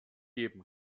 geben